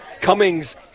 Cummings